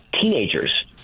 teenagers